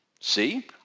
See